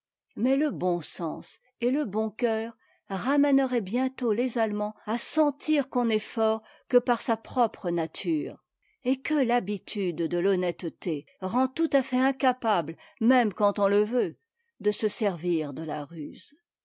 mais le bon sens et le bon cœur ramèneraient bientôt tes allemands à sentir qu'on n'est fort que par sa propre nature et que l'habitude de f honnêteté rend tout à fait incapable même quand on le veut de se servir de la ruse